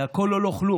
זה הכול או לא כלום.